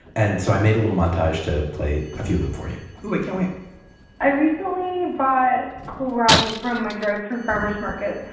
and so i made a little montage to play a few of them for you ooh, i can't wait i recently and got kohlrabi from my drive-through farmer's market.